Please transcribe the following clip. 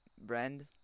brand